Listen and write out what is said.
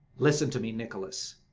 listen to me, nicholas,